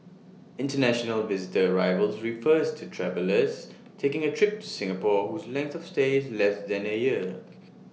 International visitor arrivals refer to travellers taking A trip to Singapore whose length of stay is less than A year